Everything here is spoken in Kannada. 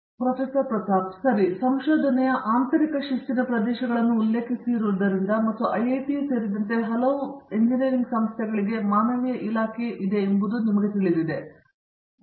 ಪ್ರತಾಪ್ ಹರಿಡೋಸ್ ಸರಿ ನೀವು ಸಂಶೋಧನೆಯ ಆಂತರಿಕ ಶಿಸ್ತಿನ ಪ್ರದೇಶಗಳನ್ನು ಉಲ್ಲೇಖಿಸಿರುವುದರಿಂದ ಮತ್ತು ಐಐಟಿಯೂ ಸೇರಿದಂತೆ ಹಲವು ಎಂಜಿನಿಯರಿಂಗ್ ಸಂಸ್ಥೆಗಳಿಗೆ ಮಾನವೀಯ ಇಲಾಖೆಯು ಇದೆ ಎಂಬುದು ನಿಮಗೆ ತಿಳಿದಿದೆ